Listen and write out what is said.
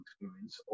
experience